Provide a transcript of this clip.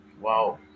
Wow